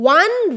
one